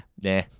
Nah